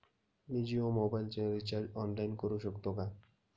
मी जियो मोबाइलचे recharge online करू शकते का?